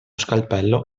scalpello